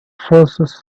forces